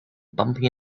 bumping